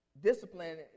discipline